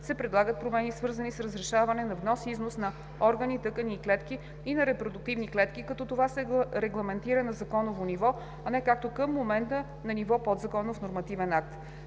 се предлагат промени, свързани с разрешаване на внос и износ на органи, тъкани и клетки и на репродуктивни клетки, като това се регламентира на законово ниво, а не както към момента – на ниво подзаконов нормативен акт.